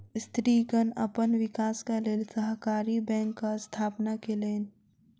स्त्रीगण अपन विकासक लेल सहकारी बैंकक स्थापना केलैन